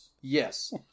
Yes